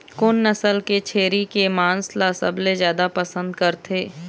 कोन नसल के छेरी के मांस ला सबले जादा पसंद करथे?